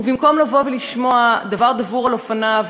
ובמקום לבוא ולשמוע דבר דבור על אופניו,